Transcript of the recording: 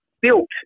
built